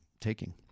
taking